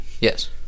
Yes